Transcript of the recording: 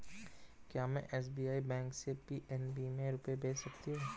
क्या में SBI bank से पी.एन.बी में रुपये भेज सकती हूँ?